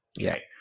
Okay